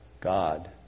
God